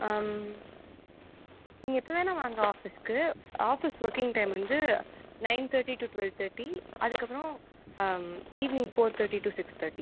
நீங்கள் எப்போ வேணால் வாங்க ஆஃபீஸ்க்கு ஆஃபீஸ் ஒர்க்கிங் டைம் வந்து nine thirty to twelve thirty அதுக்கு அப்புறம் evening four thirty to six thirty